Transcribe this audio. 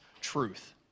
truth